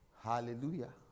Hallelujah